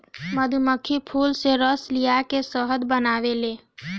मधुमक्खी फूल से रस लिया के शहद बनावेले